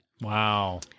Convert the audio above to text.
Wow